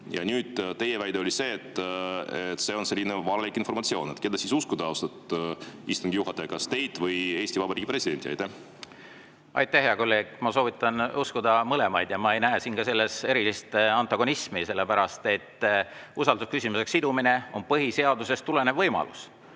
Ja nüüd teie väide oli, et see on selline valelik informatsioon. Keda uskuda, austatud istungi juhataja, kas teid või Eesti Vabariigi presidenti? Aitäh, hea kolleeg! Ma soovitan uskuda mõlemaid. Ma ei näe ka selles erilist antagonismi, sellepärast et usaldusküsimusega sidumine on põhiseadusest tulenev võimalus.